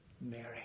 Mary